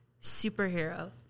Superhero